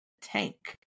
Tank